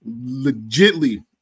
Legitly